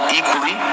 equally